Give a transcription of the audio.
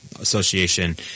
association